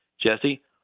Jesse